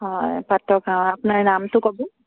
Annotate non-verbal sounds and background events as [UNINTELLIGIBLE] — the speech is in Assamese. হয় [UNINTELLIGIBLE] আপোনাৰ নামটো ক'ব